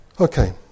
Okay